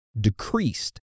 decreased